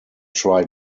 try